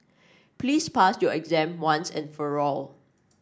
please pass your exam once and for all